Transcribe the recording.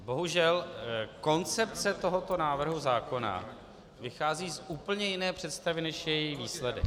Bohužel koncepce tohoto návrhu zákona vychází z úplně jiné představy, než je její výsledek.